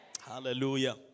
Hallelujah